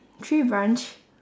tree branch